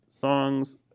songs